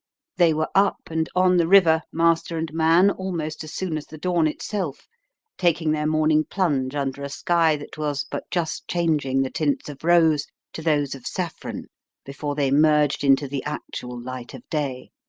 they were up and on the river, master and man, almost as soon as the dawn itself taking their morning plunge under a sky that was but just changing the tints of rose to those of saffron before they merged into the actual light of day